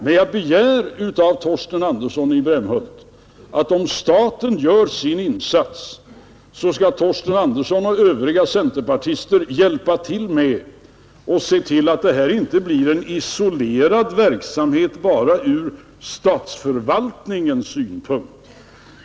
Vad jag begärde av Torsten Andersson i Brämhult var att om staten gör sin insats, skall Torsten Andersson och övriga centerpartister hjälpa till och se till att detta inte blir en isolerad verksamhet från statsförvaltningens sida.